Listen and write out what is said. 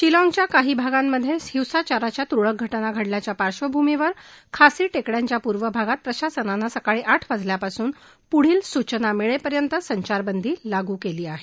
शिलाँगच्या काही भागांमधे हिंसाचाराच्या तुरळक घटना घडल्याच्या पार्श्वभूमीवर खासी टेकडयांच्या पूर्व भागात प्रशासनानं सकाळी आठ वाजल्यापासून पुढील सूचना मिळेपर्यंत संचारबंदी लागू केली आहे